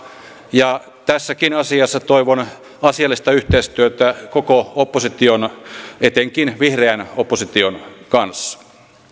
ja tässäkin asiassa toivon asiallista yhteistyötä koko opposition etenkin vihreän opposition kanssa